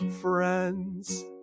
friends